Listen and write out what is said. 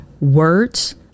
words